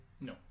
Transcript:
No